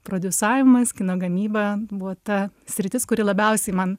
prodiusavimas kino gamyba buvo ta sritis kuri labiausiai man